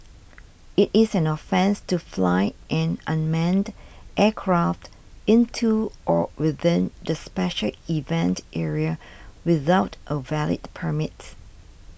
it is an offence to fly an unmanned aircraft into or within the special event area without a valid permit